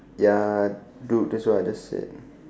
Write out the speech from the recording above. ya do that's what I just said